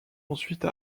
ensuite